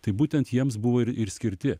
tai būtent jiems buvo ir ir skirti